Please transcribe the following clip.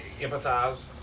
empathize